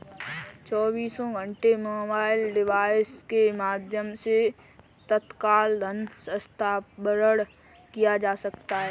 चौबीसों घंटे mobile device के माध्यम से तत्काल धन हस्तांतरण किया जा सकता है